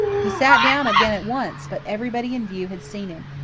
he sat down again at once, but everybody in view had seen him,